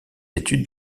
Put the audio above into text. études